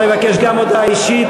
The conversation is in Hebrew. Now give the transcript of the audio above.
יבקש גם הוא הודעה אישית,